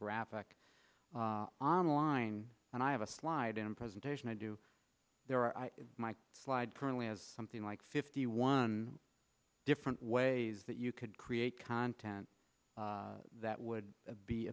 graphic on line and i have a slide in a presentation i do there i might slide currently has something like fifty one different ways that you could create content that would be